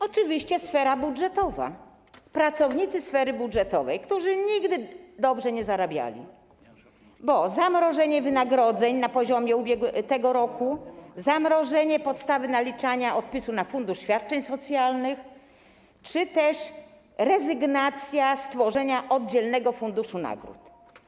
Oczywiście sfera budżetowa, pracownicy sfery budżetowej, którzy nigdy dobrze nie zarabiali, bo następuje zamrożenie wynagrodzeń na poziomie tego roku, zamrożenie podstawy naliczania odpisu na fundusz świadczeń socjalnych czy też rezygnacja z tworzenia oddzielnego funduszu nagród.